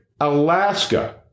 Alaska